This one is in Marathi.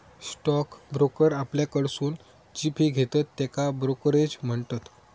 स्टॉक ब्रोकर आपल्याकडसून जी फी घेतत त्येका ब्रोकरेज म्हणतत